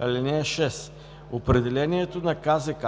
(6) Определението на КЗК